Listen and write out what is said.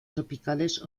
tropicales